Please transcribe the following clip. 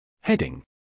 Heading